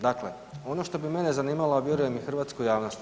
Dakle, ono što bi mene zanimalo, a vjerujem i hrvatsku javnost.